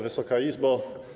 Wysoka Izbo!